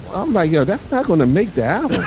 i'm like, yeah, that's bad. want to make that?